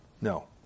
No